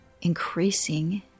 increasing